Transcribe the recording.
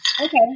Okay